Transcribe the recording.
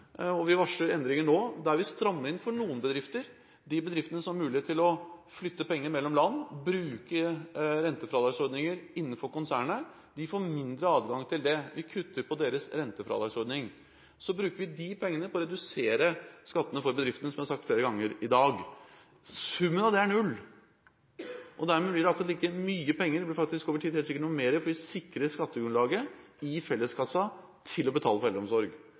og vi varsler endringer nå der vi strammer inn for noen bedrifter. De bedriftene som har mulighet til å flytte penger mellom land og bruke rentefradragsordningen innenfor konsernet, får mindre adgang til det. Vi kutter på deres rentefradragsordning. Så bruker vi de pengene til å redusere skattene for bedriftene, som jeg har sagt flere ganger i dag. Summen av det er null, og dermed blir det akkurat like mye penger – det blir faktisk over tid helt sikkert noe mer, for vi sikrer skattegrunnlaget i felleskassa til å betale for eldreomsorg.